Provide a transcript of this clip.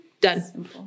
done